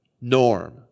norm